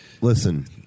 Listen